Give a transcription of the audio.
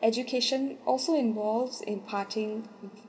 education also involves in parting